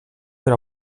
per